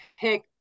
pick